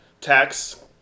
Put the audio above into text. Tax